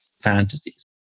fantasies